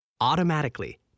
automatically